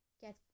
get